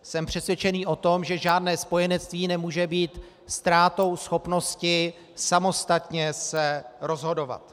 Jsem přesvědčený o tom, že žádné spojenectví nemůže být ztrátou schopnosti samostatně se rozhodovat.